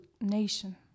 nation